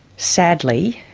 sadly